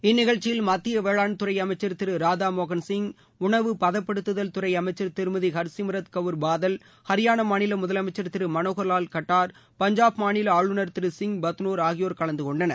இந்நிகழ்ச்சியில் மத்திய வேளாண்துறை அமைச்சர் திரு ராதா மோகன் சிங் உணவு பதப்படுத்துதல் துறை அமைச்சர் திருமதி ஹர்சிம்ரத் கவுர் பாதல் ஹரியானா மாநில முதலமைச்சர் திரு மனோகர்லால் கட்டார் பஞ்சாப் மாநில ஆளுனர் திரு சிங் பத்னோர் ஆகியோர் கலந்து கொண்டனர்